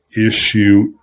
issue